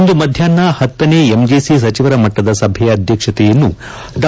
ಇಂದು ಮಧ್ಯಾಹ್ನ ಹತ್ತನೇ ಎಂಜಿಸಿ ಸಚಿವರ ಮಟ್ಟದ ಸಭೆಯ ಅಧ್ಯಕ್ಷತೆಯನ್ನು ಡಾ